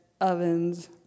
ovens